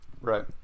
Right